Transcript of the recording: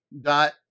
dot